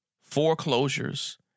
foreclosures